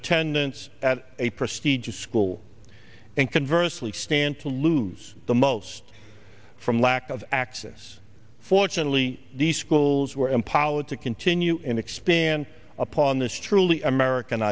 attendance at a prestigious school and converse we stand to lose the most from lack of access fortunately the schools were impala to continue and expand upon this truly american